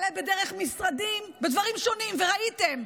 כלה במשרדים, בדברים שונים, וראיתם.